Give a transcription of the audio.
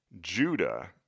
Judah